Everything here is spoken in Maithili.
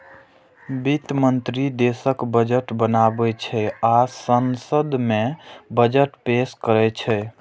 वित्त मंत्री देशक बजट बनाबै छै आ संसद मे बजट पेश करै छै